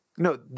No